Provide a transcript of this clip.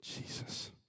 Jesus